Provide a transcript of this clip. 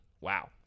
Wow